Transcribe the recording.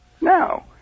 No